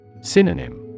Synonym